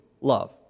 love